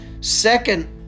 second